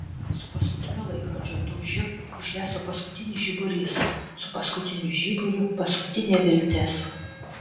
su paskutiniu laikrodžio dūžiu užgeso paskutinis žiburys su paskutiniu žiburiu paskutinė viltis